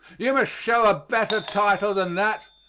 you must show a better title than that,